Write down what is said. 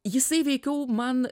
jisai veikiau man